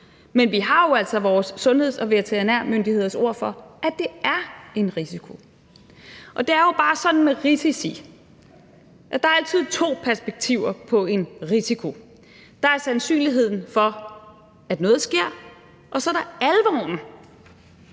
men vi har jo altså vores sundheds- og veterinærmyndigheders ord for, at det er en risiko. Og det er jo bare sådan med risici, at der altid er to perspektiver på en risiko: Der er sandsynligheden for, at noget sker, og så er der alvoren